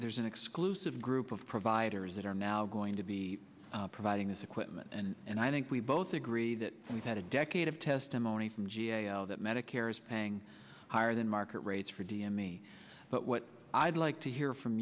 there's an exclusive group of providers that are now going to be providing this equipment and i think we both agree that we've had a decade of testimony from g a o that medicare is paying higher than market rates for d m me but what i'd like to hear from